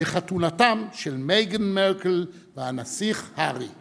וחתונתם של מייגן מרקל והנסיך הארי.